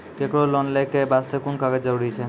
केकरो लोन लै के बास्ते कुन कागज जरूरी छै?